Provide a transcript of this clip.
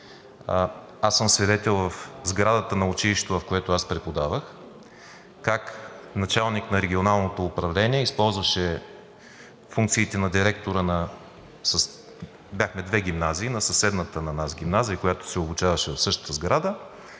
пример. Свидетел съм в сградата на училището, в което преподавах, как началник на Регионалното управление използваше функциите на директора – бяхме две гимназии – на съседната на нас гимназия, която се обучаваше в същата сграда,